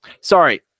Sorry